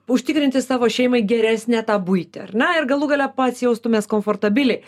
užtikrinti savo šeimai geresnę tą buitį ar ne ir galų gale pats jaustumeis komfortabiliai